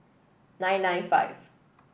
nine nine five